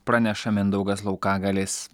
praneša mindaugas laukagalis